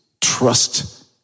Trust